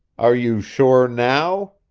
are you sure now?